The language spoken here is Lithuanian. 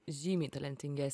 žymiai talentinges